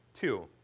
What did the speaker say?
two